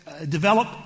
develop